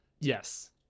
Yes